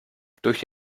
durch